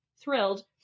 thrilled